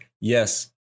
yes